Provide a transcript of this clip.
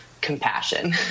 compassion